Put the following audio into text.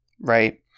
right